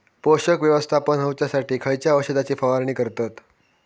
पोषक व्यवस्थापन होऊच्यासाठी खयच्या औषधाची फवारणी करतत?